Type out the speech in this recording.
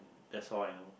that's all I know